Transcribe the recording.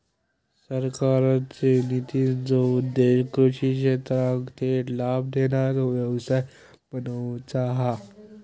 सरकारचे नितींचो उद्देश्य कृषि क्षेत्राक थेट लाभ देणारो व्यवसाय बनवुचा हा